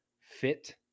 fit